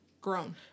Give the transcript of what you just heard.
Grown